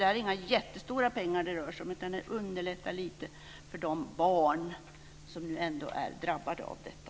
Det är inga jättestora pengar det rör sig om men det underlättar lite för de barn som ändå är drabbade av detta.